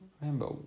remember